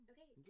Okay